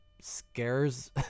scares